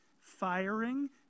firing